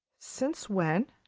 since when?